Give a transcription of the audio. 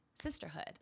Sisterhood